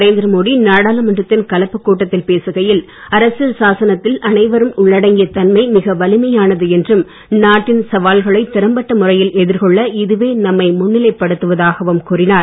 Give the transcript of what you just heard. நரேந்திர மோடி நாடாளுமன்றத்தின் கலப்புக் கூட்டத்தில் பேசுகையில் அரசியல் சாசனத்தின் அனைவரும் உள்ளடக்கிய தன்மை மிக வலிமையானது என்றும் நாட்டின் சவால்களை திறம்பட்ட முறையில் எதிர்கொள்ள இதுவே நம்மை முன்னிலைப் படுத்துவதாகவும் கூறினார்